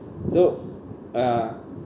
so uh